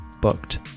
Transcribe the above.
booked